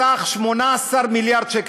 בסך 18 מיליארד שקל.